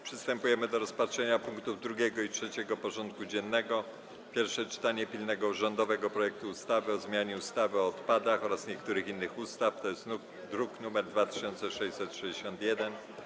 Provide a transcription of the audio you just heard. Przystępujemy do rozpatrzenia punktów 2. i 3. porządku dziennego: 2. Pierwsze czytanie pilnego rządowego projektu ustawy o zmianie ustawy o odpadach oraz niektórych innych ustaw (druk nr 2661)